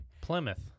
Plymouth